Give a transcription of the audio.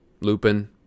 Lupin